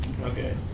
Okay